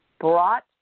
brought